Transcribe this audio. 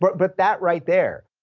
but but that right there,